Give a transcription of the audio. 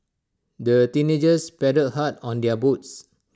the teenagers paddled hard on their boats